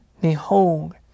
behold